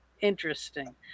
interesting